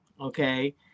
Okay